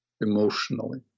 emotionally